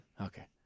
Okay